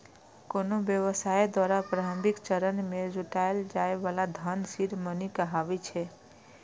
कोनो व्यवसाय द्वारा प्रारंभिक चरण मे जुटायल जाए बला धन सीड मनी कहाबै छै